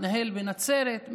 מתנהל בנצרת,